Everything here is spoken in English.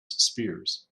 spears